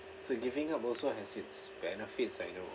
so giving up also has its benefits like no